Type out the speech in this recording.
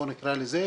בוא נקרא לזה.